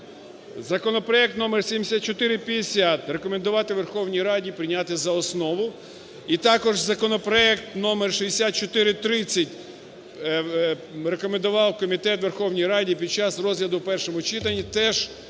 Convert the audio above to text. законопроект № 7450 рекомендувати Верховній Раді прийняти за основу і також законопроект № 6430 рекомендував комітет Верховній Раді під час розгляду в першому читанні, теж